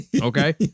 Okay